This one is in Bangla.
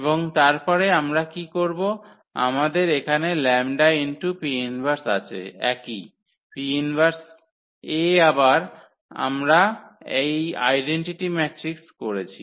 এবং তারপরে আমরা কী করব আমাদের এখানে λ 𝑃−1 আছে একই 𝑃−1 A আবার আমরা এই আইডেন্টিটি ম্যাট্রিক্স করেছি